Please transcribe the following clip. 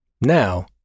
Now